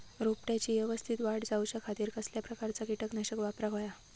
रोपट्याची यवस्तित वाढ जाऊच्या खातीर कसल्या प्रकारचा किटकनाशक वापराक होया?